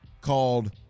called